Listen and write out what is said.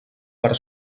per